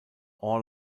all